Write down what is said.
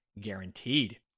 guaranteed